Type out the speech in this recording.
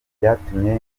byatumye